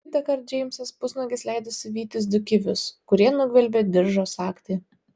kitąkart džeimsas pusnuogis leidosi vytis du kivius kurie nugvelbė diržo sagtį